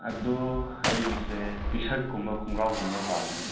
ꯑꯗꯨ ꯑꯩꯒꯤꯁꯦ ꯄꯤꯁꯛꯀꯨꯝꯕ ꯈꯣꯡꯒ꯭ꯔꯥꯎꯒꯨꯝꯕꯗ ꯄꯥꯝꯃꯦ